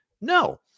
No